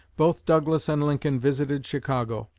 both douglas and lincoln visited chicago.